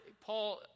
Paul